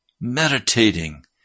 meditating